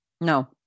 No